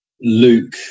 luke